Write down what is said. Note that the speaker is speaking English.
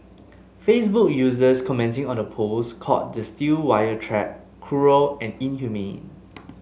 Facebook users commenting on the post called the steel wire trap cruel and inhumane